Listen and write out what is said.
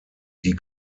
die